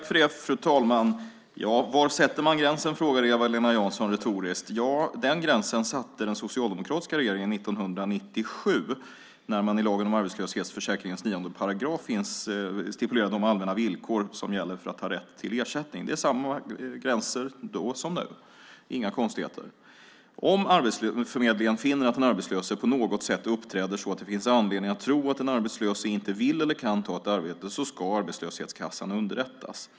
Fru talman! Var drar man gränsen? frågade Eva-Lena Jansson retoriskt. Den gränsen drog den socialdemokratiska regeringen 1997 när man i lagen om arbetslöshetsförsäkringens 9 § stipulerade de allmänna villkor som gäller för rätt till ersättning. Det är samma gränser då som nu - inga konstigheter. Om Arbetsförmedlingen finner att den arbetslöse på något sätt uppträder så att det finns anledning att tro att den arbetslöse inte vill eller kan ta ett arbete ska arbetslöshetskassan underrättas.